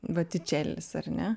botičelis ar ne